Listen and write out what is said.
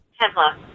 Tesla